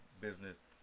business